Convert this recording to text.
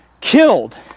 killed